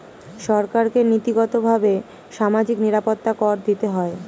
সরকারকে নীতিগতভাবে সামাজিক নিরাপত্তা কর দিতে হয়